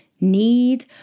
need